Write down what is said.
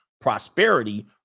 prosperity